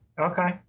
Okay